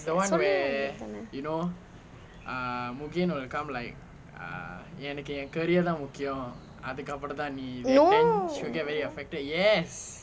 no